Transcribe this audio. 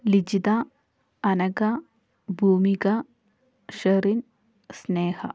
Lijitha Anagha Bhoomika Sherin Sneha